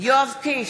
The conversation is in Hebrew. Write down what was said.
יואב קיש,